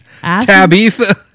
Tabitha